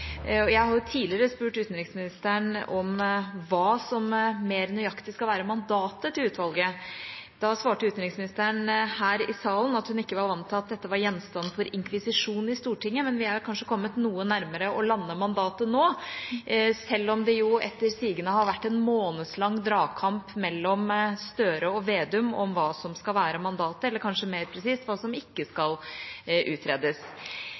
presenteres. Jeg har tidligere spurt utenriksministeren om hva som mer nøyaktig skal være mandatet til utvalget. Da svarte utenriksministeren her i salen at hun ikke var vant til at dette var gjenstand for inkvisisjon i Stortinget. Men vi er kanskje kommet noe nærmere å lande mandatet nå, selv om det etter sigende har vært en månedslang dragkamp mellom Støre og Vedum om hva som skal være mandatet – eller kanskje mer presist: hva som ikke skal utredes.